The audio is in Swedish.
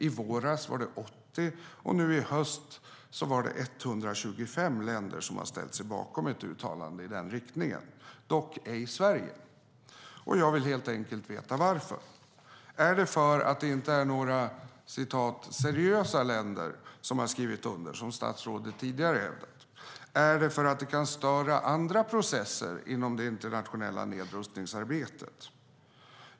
I våras var det 80, och nu i höst var det 125 länder som har ställt sig bakom ett uttalande i den riktningen - dock ej Sverige. Jag vill helt enkelt veta varför. Är det för att det inte är några "seriösa" länder som har skrivit under, som statsrådet tidigare hävdat? Är det för att det kan störa andra processer inom det internationella nedrustningsarbetet?